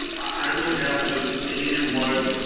i would have to see what.